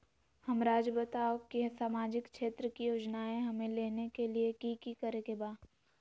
हमराज़ बताओ कि सामाजिक क्षेत्र की योजनाएं हमें लेने के लिए कि कि करे के बा?